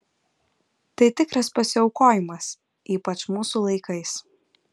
tai tikras pasiaukojimas ypač mūsų laikais